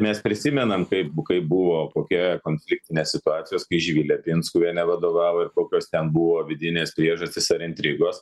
mes prisimenam kaip kai buvo kokia konfliktinė situacijos kai živilė pinskuvienė vadovavo ir kokios ten buvo vidinės priežastys ar intrigos